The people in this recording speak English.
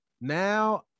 Now